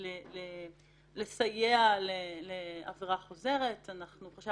לסייע לעבירה חוזרת, ולכן